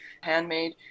handmade